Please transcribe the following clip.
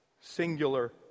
singular